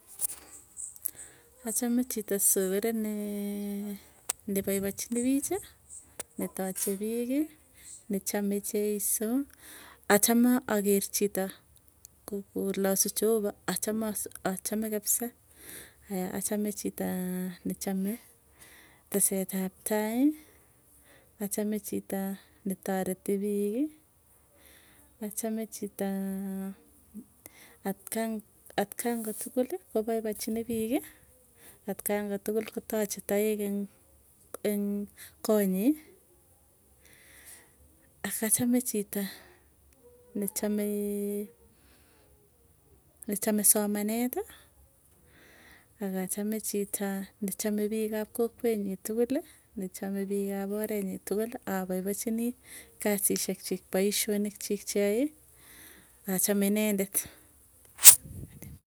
Achame chito soo weree nee nepaipachinipichi, netache piiki nechame cheiso, achame aker chito kolasu jehova achame kapisa, achame chito nechame teset ap tai. Achame chito netoreti piik, achame chito ne akangkotugul kopaipachinpiki, atkang kotugul kotache taek eng konyii, akachame chito nechame nechame somaneti. Akachame chito nechame piikap kokwenyi tukuli, nechame piik ap orenyi tukul apaipachinii kasisiek chii paisyonik chiik achame inendet.